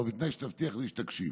בתנאי שתבטיח לי שתקשיב,